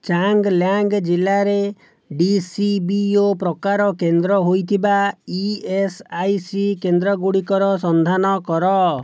ଚାଙ୍ଗ୍ଲାଙ୍ଗ୍ ଜିଲ୍ଲାରେ ଡି ସି ବି ଓ ପ୍ରକାର କେନ୍ଦ୍ର ହୋଇଥିବା ଇ ଏସ୍ ଆଇ ସି କେନ୍ଦ୍ର ଗୁଡ଼ିକର ସନ୍ଧାନ କର